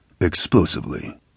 explosively